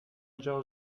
georg